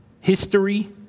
history